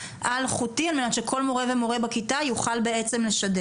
אלחוטי על מנת שכל מורה ומורה בכיתה יוכל לשדר.